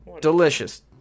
delicious